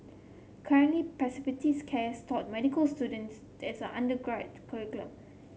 currently care is taught medical students as curriculum